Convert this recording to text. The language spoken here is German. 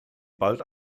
bald